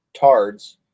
tards